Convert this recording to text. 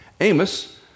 Amos